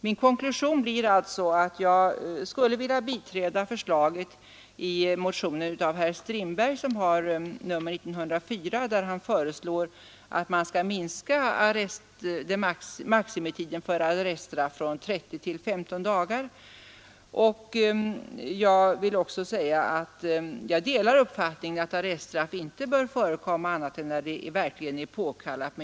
Min konklusion blir alltså att jag skulle vilja biträda förslaget i motionen 1904 av herr Strindberg, där han föreslår att man skall minska maximitiden för arreststraff från 30 till 15 dagar. Jag vill också säga att jag delar den uppfattningen att arreststraff endast bör förekomma när det verkligen är påkallat.